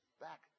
back